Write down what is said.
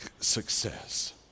success